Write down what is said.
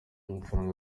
amafaranga